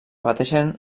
pateixen